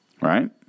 Right